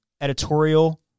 editorial